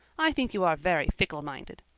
i think you are very fickle minded.